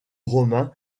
romain